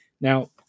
Now